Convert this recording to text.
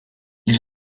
ils